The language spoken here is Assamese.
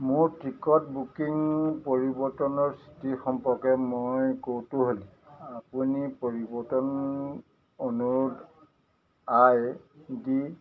মোৰ টিকট বুকিং পৰিৱৰ্তনৰ স্থিতি সম্পৰ্কে মই কৌতূহলী আপুনি পৰিৱৰ্তন অনুৰোধ আই ডি